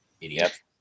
idiot